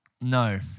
no